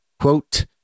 quote